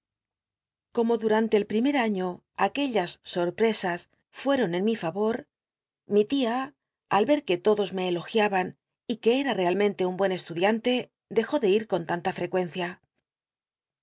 como dmante el primel año aquellas soi'pi'eaas fueton en mi favor mi tia al ver que lodos me elogiaban y que era realmente un buen estudiante clcjó de ir con tanla frecuencia